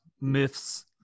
myths